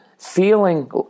Feeling